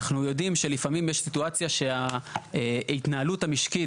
אנחנו יודעים שלפעמים יש סיטואציה שההתנהלות המשקית,